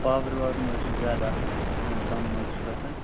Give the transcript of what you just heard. power واوَر مہ حظ چھُس زیادٕ آسان یا کَم مہ حظ چھُس گژھان